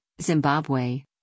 Zimbabwe